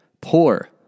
poor